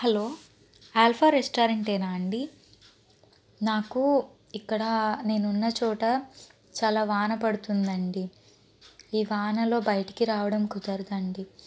hello Alpha రెస్టారెంటేనా అండి నాకు ఇక్కడ నేను ఉన్న చోట చాలా వాన పడుతుందండి ఈ వానలో బయటికి రావడం కుదరదండి